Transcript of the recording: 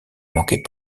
manquait